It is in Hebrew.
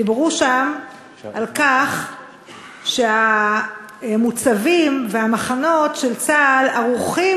דיברו שם על כך שהמוצבים והמחנות של צה"ל ערוכים